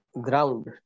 ground